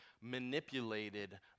manipulated